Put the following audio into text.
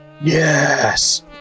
Yes